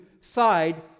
side